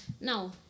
Now